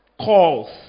calls